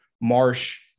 Marsh